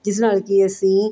ਜਿਸ ਨਾਲ਼ ਕਿ ਅਸੀਂ